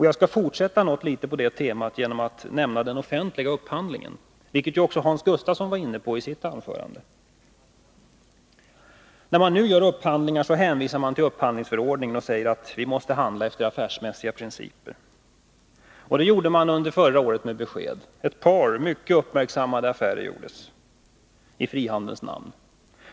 Jag skall fortsätta något litet på det temat genom att beröra den offentliga upphandlingen, vilken också Hans Gustafsson var inne på i sitt anförande. När man gör upphandlingar hänvisar man till upphandlingsförordningen och säger att vi måste handla efter affärsmässiga principer. Det gjorde man med besked förra året. Ett par mycket uppmärksammade affärer gjordes i frihandelns namn.